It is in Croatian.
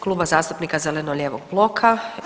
Kluba zastupnika zeleno-lijevog bloka.